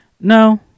No